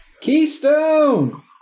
Keystone